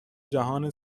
جهان